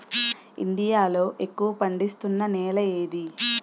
India లో ఎక్కువ పండిస్తున్నా నేల ఏది?